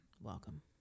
Welcome